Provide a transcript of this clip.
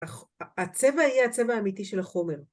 ‫הצבע יהיה הצבע האמיתי של החומר.